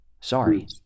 Sorry